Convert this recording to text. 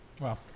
Wow